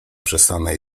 przestanę